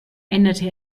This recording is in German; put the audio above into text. änderte